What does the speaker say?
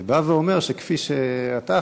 זה בא ואומר שכפי שאתה,